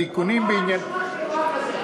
התיקונים, פעם ראשונה